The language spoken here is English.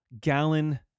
gallon